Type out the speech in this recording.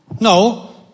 no